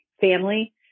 family